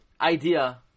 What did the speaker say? idea